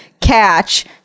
catch